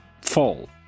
fall